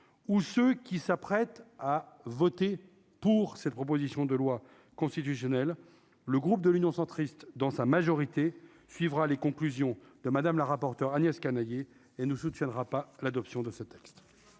ou ceux qui s'apprêtent à voter pour cette proposition de loi constitutionnelle, le groupe de l'Union centriste dans sa majorité suivra les conclusions de Madame la rapporteure Agnès Canayer et ne soutiendra pas l'adoption de ce texte.